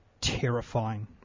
terrifying